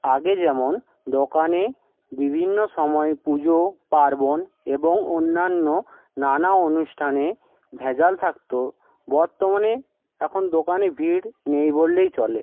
আগে যেমন দোকানে বিভিন্ন সময় পুজো পার্বণ এবং অন্যান্য নানা অনুষ্টানে ভেজাল থাকতো বর্তমানে এখন দোকানে ভিড় নেই বললেই চলে